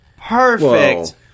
Perfect